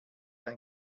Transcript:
ein